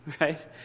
right